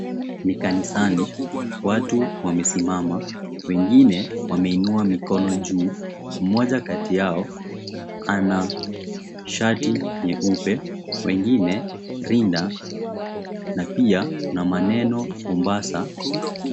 Ni kanisani watu wamesimama wengine wameinua mikono juu mmoja kati yao anashati nyeupe wengine rinda na pia na maneno Mombasa.